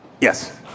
Yes